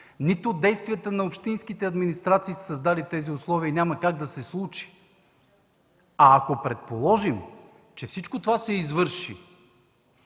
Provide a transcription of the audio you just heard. нито действията на общинските администрации са създали тези условия и няма как да се случи. А ако предположим, че всичко това се извърши,